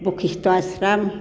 बखिष्ट' आश्रम